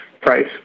price